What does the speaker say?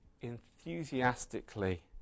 enthusiastically